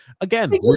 again